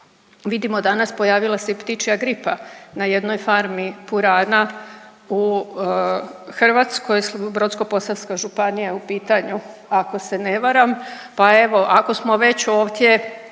Vidimo danas pojavila se i ptičja gripa na jednoj farmi purana u Hrvatskoj, Brodsko-posavska županija je u pitanju, ako se ne varam. Pa evo ako smo već ovdje